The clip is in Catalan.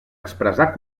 expressar